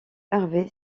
harvey